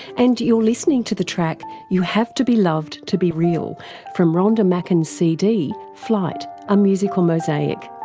and you're listening to the track you have to be loved to be real from rhonda macken's cd flight a musical mosaic.